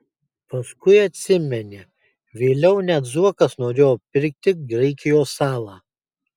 paskui atsimeni vėliau net zuokas norėjo pirkti graikijos salą